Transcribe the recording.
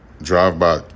Drive-by